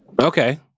Okay